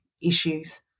issues